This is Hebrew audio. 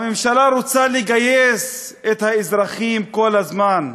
הממשלה רוצה לגייס את האזרחים כל הזמן.